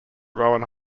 rowan